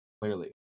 clearly